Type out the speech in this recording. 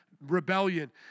rebellion